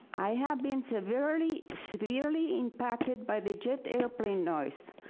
i have been severely severely impacted by the jet airplane noise.